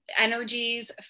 energies